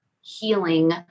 healing